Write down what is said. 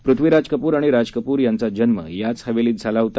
पृथ्वीराज कप्र आणि राज कप्र यांचा जन्म याच हवेलीत झाला होता